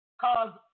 cause